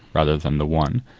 rather than the one.